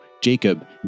Jacob